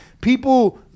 people